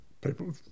people